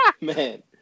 Man